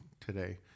today